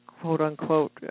quote-unquote